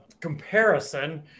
comparison